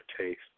taste